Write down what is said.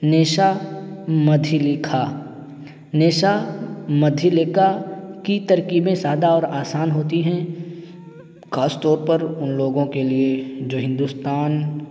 نیشا متھلکھا نیشا متھلکا کی ترکیبیں سادہ اور آسان ہوتی ہیں خاص طور پر ان لوگوں کے لیے جو ہندوستان